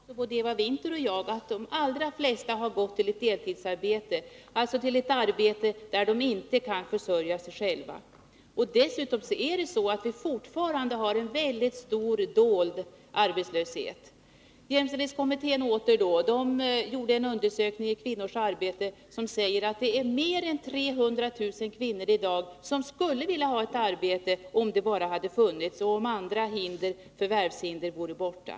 Herr talman! Jag håller med Eva Winther om att många kvinnor kommit ut på arbetsmarknaden under senare år. Men både Eva Winther och jag vet också att de allra flesta har gått till ett deltidsarbete, alltså till ett arbete där de inte kan försörja sig själva. Dessutom har vi fortfarande en mycket stor dold arbetslöshet. Jämställdhetskommittén gjorde en undersökning av kvinnors arbete som visade att det är mer än 300 000 kvinnor som i dag skulle vilja ha ett arbete, om det bara fanns och om andra förvärvshinder vore borta.